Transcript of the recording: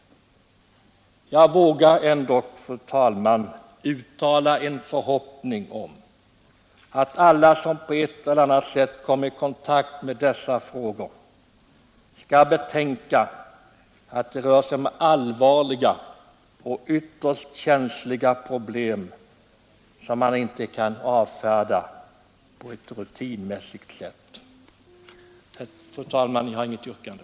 Jag vågar ändock, fru talman, uttala en förhoppning om att alla som på ett eller annat sätt kommer i kontakt med dessa frågor skall Nr 106 betänka att det rör sig om allvarliga och ytterst känsliga problem, som Onsdagen den man inte kan avfärda på ett rutinmässigt sätt. 1 november 1972 Fru talman! Jag har inget yrkande.